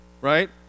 right